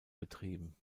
betrieben